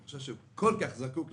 הוא כל כך זקוק לזה.